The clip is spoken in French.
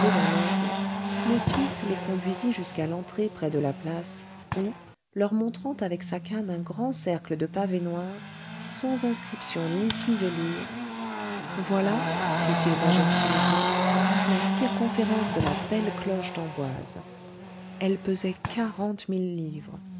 dans l'ordre le suisse les conduisit jusqu'à l'entrée près de la place où leur montrant avec sa canne un grand cercle de pavés noirs sans inscriptions ni ciselures voilà fit-il majestueusement la circonférence de la belle cloche d'amboise elle pesait quarante mille livres